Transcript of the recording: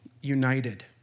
united